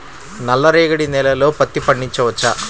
నల్ల రేగడి నేలలో పత్తి పండించవచ్చా?